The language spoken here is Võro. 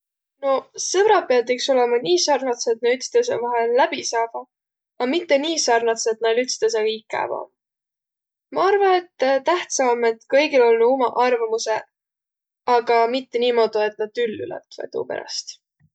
No sõbraq piät iks olõma nii sarnadsõq, et na ütstõõsõ vahel läbi saavaq a mitte nii sarnadsõq, et nail ütstõõsõga ikäv om. Ma arva, et tähtsä om, et kõigil olnuq umaq arvamusõq, aga mitte niimoodu, et nä tüllü lätväq tuu peräst.